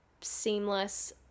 seamless